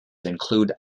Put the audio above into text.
include